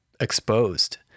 exposed